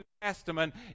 Testament